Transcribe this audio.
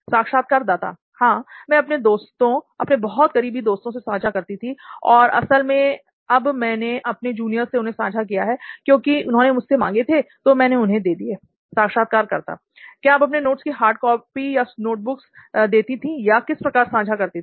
साक्षात्कारदाता हां मैं अपने दोस्तों अपने बहुत क़रीबी दोस्तों के साथ सांझा करती थी और असल में अब मैंने अपने जूनियर्स से उन्हें साझा किया है क्योंकि उन्होंने मुझसे मांगे थे तो मैंने उन्हें दे दिएl साक्षात्कारकर्ता क्या आप नोट्स की हार्ड कॉपी या नोटबुक्स देती थी या किस प्रकार सांझा करती थी